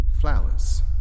flowers